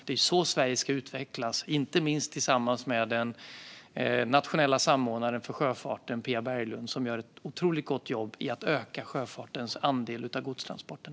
Det är så Sverige ska utvecklas, inte minst tillsammans med den nationella samordnaren för sjöfart, Pia Berglund, som gör ett otroligt gott jobb för att öka sjöfartens andel av godstransporterna.